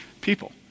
People